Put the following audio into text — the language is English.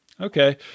Okay